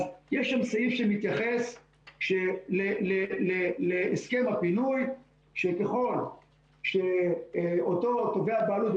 אז יש שם סעיף שמתייחס להסכם הפינוי שככל שאותו תובע בעלות,